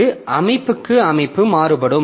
இது அமைப்புக்கு அமைப்பு மாறுபடும்